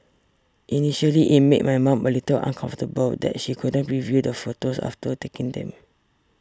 initially it made my mom a little uncomfortable that she couldn't preview the photos after taking them